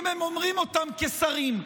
אם הם אומרים אותם כשרים.